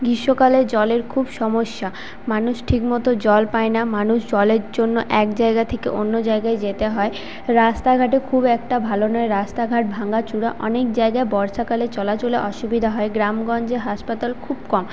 গ্রীষ্মকালে জলের খুব সমস্যা মানুষ ঠিক মত জল পায়না মানুষ জলের জন্য এক জায়গা থেকে অন্য জায়গায় যেতে হয় রাস্তাঘাটে খুব একটা ভালো নয় রাস্তা ঘাট ভাঙ্গাচোড়া অনেক জায়গায় বর্ষাকালে চলাচলে অসুবিধা হয় গ্রামগঞ্জে হাসপাতাল খুব কম